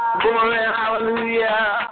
hallelujah